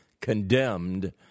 condemned